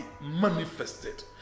manifested